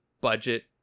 budget